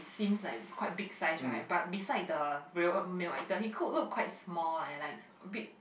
seems like quite big size right but beside the real meal llike he cook look quite small like a bit